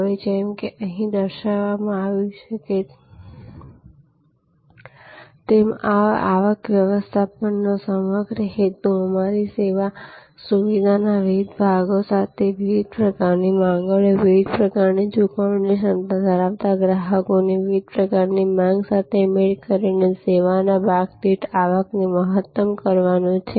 હવે જેમ કે અહીં દર્શાવવામાં આવ્યું છે તેમ આવક વ્યવસ્થાપનનો સમગ્ર હેતુ તમારી સેવા સુવિધાના વિવિધ વિભાગો સાથે વિવિધ પ્રકારની માંગણીઓ વિવિધ પ્રકારની ચુકવણી ક્ષમતા ધરાવતા ગ્રાહકોની વિવિધ પ્રકારની માંગ સાથે મેળ કરીને સેવાના ભાગ દીઠ આવકને મહત્તમ કરવાનો છે